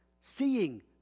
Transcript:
seeing